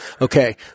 Okay